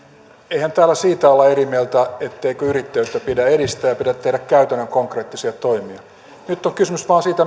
eihän täällä siitä olla eri mieltä etteikö yrittäjyyttä pidä edistää ja pidä tehdä käytännön konkreettisia toimia nyt on kysymys vain siitä